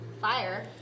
fire